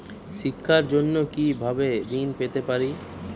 শিক্ষার জন্য কি ভাবে ঋণ পেতে পারি?